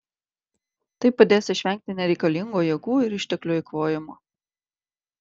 tai padės išvengti nereikalingo jėgų ir išteklių eikvojimo